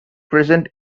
present